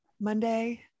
Monday